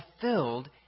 fulfilled